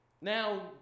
Now